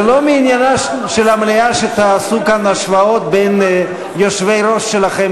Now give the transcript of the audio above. זה לא מעניינה של המליאה שתעשו כאן השוואות בין יושבי-הראש שלכם,